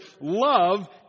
love